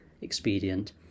expedient